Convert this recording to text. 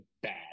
bad